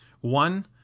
One